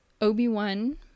Obi-Wan